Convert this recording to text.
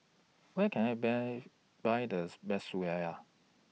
Where Can I Buy Buy thus Best Kueh Syara